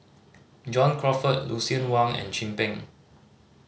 John Crawfurd Lucien Wang and Chin Peng